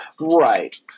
Right